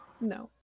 No